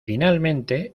finalmente